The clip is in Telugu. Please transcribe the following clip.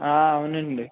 అవునండి